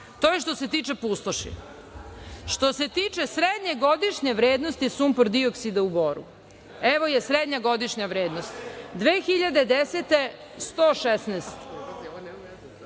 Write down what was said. To je što se tiče pustoši. Što se tiče srednje godišnje vrednosti sumpor-dioksida u Boru, evo je srednja godišnja vrednost – 2010. – 116,